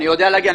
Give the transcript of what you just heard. אני יודע להגיד.